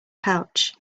pouch